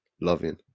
loving